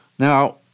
Now